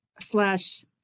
slash